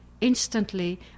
Instantly